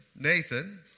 Nathan